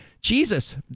Jesus